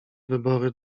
wybory